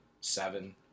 seven